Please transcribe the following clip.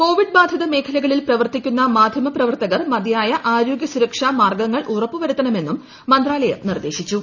Covid ബാധിത മേഖലകളിൽ പ്രവർത്തിക്കുന്ന മാധ്യമപ്രവർത്തകർ മതിയായ ആരോഗ്യ സുരക്ഷാ മാർഗ്ഗങ്ങൾ ഉറപ്പുവരുത്തണമെന്നും മന്ത്രാലയം നിർദ്ദേശിച്ചു